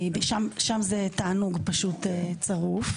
ומגיעה לוועדת חוקה כי שם זה תענוג פשוט צרוף,